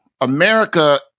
America